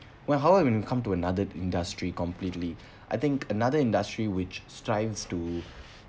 well how I'm come to another industry completely I think another industry which strives to